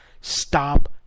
Stop